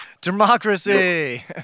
democracy